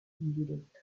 directo